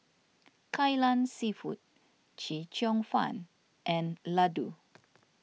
Kai Lan Seafood Chee Cheong Fun and Laddu